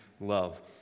love